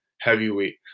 heavyweight